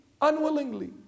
unwillingly